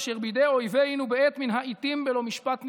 אשר בידי אויבינו בעת מן העיתים בלא משפט נכבשה,